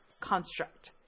construct